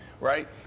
right